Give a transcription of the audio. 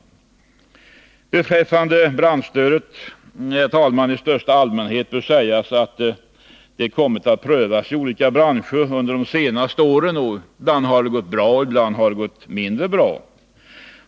Herr talman! Beträffande branschstödet i största allmänhet bör sägas att det kommit att prövas i olika branscher under de senaste åren, och ibland har det gått bra, ibland mindre bra.